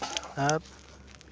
ᱟᱨ